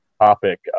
topic